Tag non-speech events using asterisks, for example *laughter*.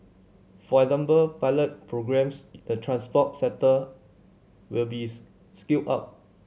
for example pilot programmes in the transport sector will be *unintelligible* scaled up